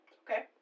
okay